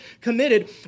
committed